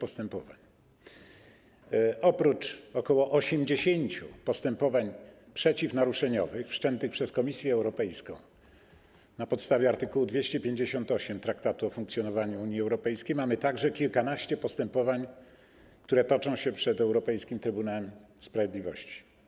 Oprócz ok. 80 postępowań przeciwnaruszeniowych wszczętych przez Komisję Europejską na podstawie art. 258 Traktatu o funkcjonowaniu Unii Europejskiej mamy także kilkanaście postępowań, które toczą się przed Europejskim Trybunałem Sprawiedliwości.